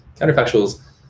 counterfactuals